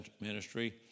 ministry